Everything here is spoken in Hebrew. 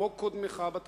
כמו קודמך בתפקיד,